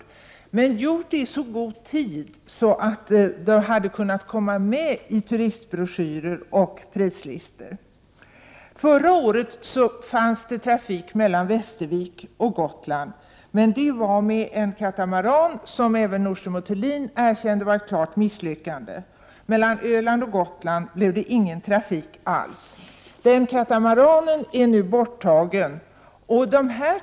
Detta kunde man ha gjort i så god tid att uppgifterna hade kunnat komma med i turistbroschyrer och prislistor. Förra året fanns det trafik mellan Västervik och Gotland, men den skedde med en katamaran, och Nordström & Thulin erkänner att det var ett klart misslyckande. Mellan Öland och Gotland blev det ingen trafik alls. Katamaranen är nu tagen ur trafik.